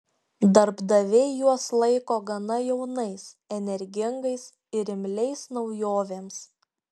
darbdaviai juos laiko gana jaunais energingais ir imliais naujovėms